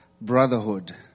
brotherhood